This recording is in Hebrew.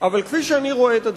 אבל כפי שאני רואה את הדברים,